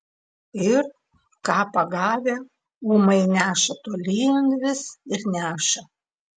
ir ką pagavę ūmai neša tolyn vis ir neša